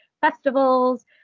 festivals